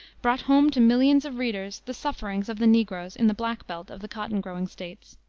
brought home to millions of readers the sufferings of the negroes in the black belt of the cotton-growing states.